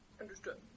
Understood